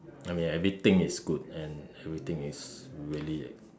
I mean everything is good and everything is really a